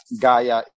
Gaia